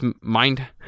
Mind